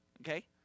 okay